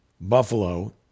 Buffalo